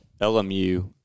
LMU